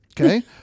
Okay